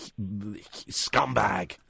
scumbag